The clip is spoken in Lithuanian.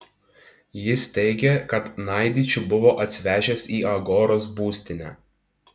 jis teigė kad naidičių buvo atsivežęs į agoros būstinę